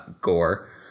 gore